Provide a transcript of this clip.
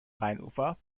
rheinufer